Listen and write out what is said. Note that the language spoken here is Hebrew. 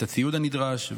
את הציוד הנדרש,